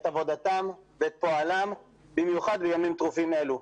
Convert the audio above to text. את עבודתם ואת פועלם במיוחד בימים טרופים אלה.